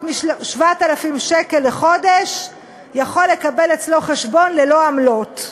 מ-7,000 שקל לחודש יכול לקבל אצלו חשבון ללא עמלות.